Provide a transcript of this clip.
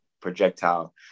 projectile